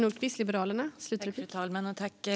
Fru talman!